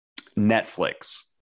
Netflix